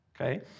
Okay